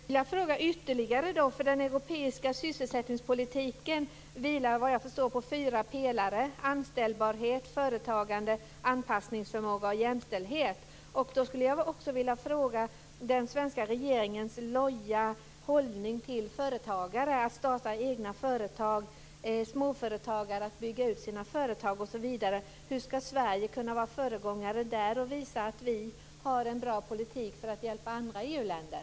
Herr talman! Såvitt jag förstår vilar den europeiska sysselsättningspolitiken på fyra pelare: anställbarhet, företagande, anpassningsförmåga och jämställdhet. Sett till den svenska regeringens loja hållning till företagare och detta med att starta egna företag, till småföretagare och detta med att bygga ut sina företag osv. skulle jag vilja fråga: Hur ska Sverige kunna vara föregångare i sammanhanget och visa att vi har en bra politik för att hjälpa andra EU-länder?